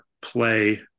play